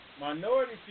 minority